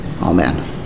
Amen